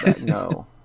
No